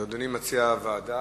אז אדוני מציע ועדה?